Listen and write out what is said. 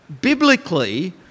Biblically